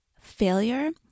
failure